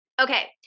Okay